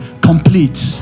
complete